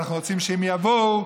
אנחנו רוצים שהם יבואו,